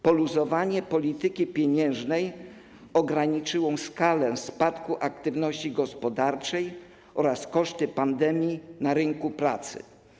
Poluzowanie polityki pieniężnej ograniczyło skalę spadku aktywności gospodarczej oraz koszty pandemii na rynku pracy.